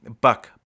buck